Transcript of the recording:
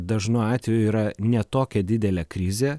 dažnu atveju yra ne tokia didelė krizė